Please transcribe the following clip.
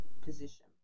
position